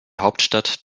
hauptstadt